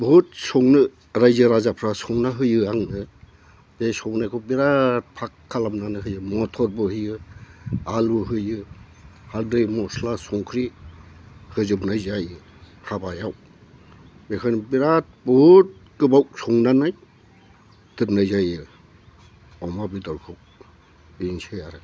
बहुद संनो रायजो राजाफ्रा संना होयो आंनो जाय संनायखौ बिराद फाख खालामनानै होयो मथरबो होयो आलु होयो हालदै मस्ला संख्रै होजोबनाय जायो हाबायाव बेखायनो बिराद बहुद गोबाव संनानै दोननाय जायो अमा बेदरखौ बेनोसै आरो